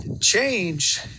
change